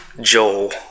Joel